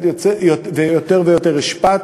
ויותר ויותר השפעת.